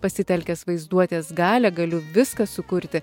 pasitelkęs vaizduotės galią galiu viską sukurti